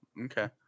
Okay